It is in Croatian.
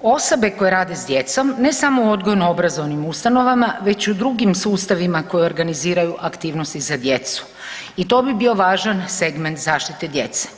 osobe koje rade s djecom ne samo u odgojno obrazovnim ustanovama već i u drugim sustavima koje organiziraju aktivnosti za djecu i to bi bio važan segment zaštite djece.